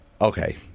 Okay